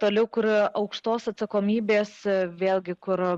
toliau kur aukštos atsakomybės vėlgi kur